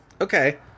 Okay